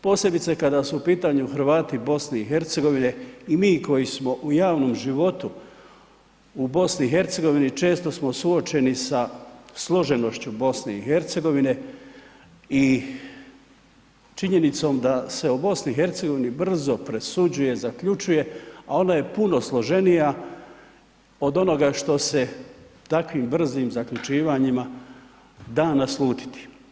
Posebice kada su u pitanju Hrvati BiH i mi koji smo u javnom životu u BiH često smo suočeni sa složenošću BiH i činjenicom da se o BiH brzo presuđuje, zaključuje, a ona je puno složenija od onoga što se takvim brzim zaključivanjima da naslutiti.